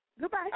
Goodbye